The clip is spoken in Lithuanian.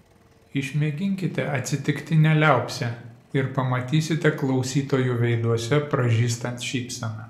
išmėginkite atsitiktinę liaupsę ir pamatysite klausytojų veiduose pražystant šypseną